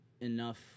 enough